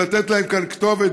לתת להם כאן כתובת,